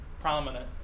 prominent